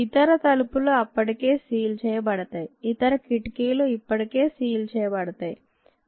ఇతర తలుపులు ఇప్పటికే సీల్ చేయబడతాయి ఇతర కిటికీలు ఇప్పటికే సీల్ చేయబడతాయి